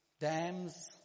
dams